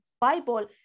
Bible